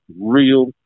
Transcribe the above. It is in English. real